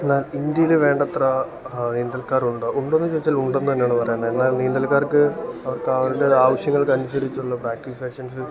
എന്നാൽ ഇന്ത്യയിൽ വേണ്ടത്ര നീന്തൽക്കാരുണ്ടോ ഉണ്ടോന്ന് ചോദിച്ചാൽ ഉണ്ടെന്ന് തന്നാണ് പറയുന്നത് എന്നാൽ നീന്തൽക്കാർക്ക് ഒക്കെ അവരുടെ ആവശ്യങ്ങൾക്കനുസരിച്ചുള്ള പ്രാക്റ്റീസ് സെക്ഷൻസ്